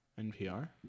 NPR